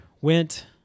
Went